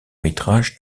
métrage